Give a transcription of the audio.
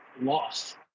lost